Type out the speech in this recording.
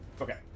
Okay